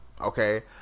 Okay